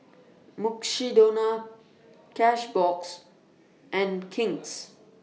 Mukshidonna Cashbox and King's